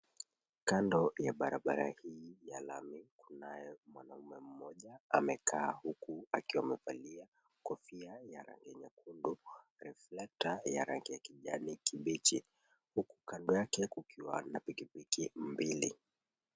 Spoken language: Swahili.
Kando ya barabara hii ya lami kunaye mwanaume mmoja amekaa, huku akiwa amevalia kofia ya rangi nyekundu, reflector ya rangi ya kijani kibichi. Huku kando yake ya kukiwa na pikipiki mbili.